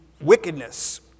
wickedness